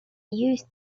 used